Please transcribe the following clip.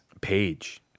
page